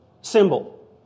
symbol